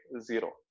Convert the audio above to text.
zero